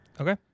Okay